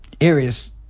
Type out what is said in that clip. areas